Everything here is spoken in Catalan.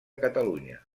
catalunya